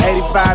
85